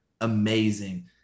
amazing